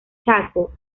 chaco